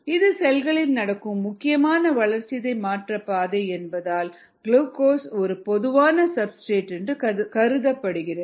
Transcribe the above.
இது செல்களில் நடக்கும் முக்கியமான வளர்சிதை மாற்ற பாதை என்பதால் குளுக்கோஸ் ஒரு பொதுவான சப்ஸ்டிரேட் என்று கருதப்படுகிறது